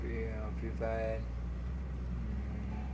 free fire